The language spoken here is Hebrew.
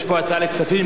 יש פה הצעה לכספים.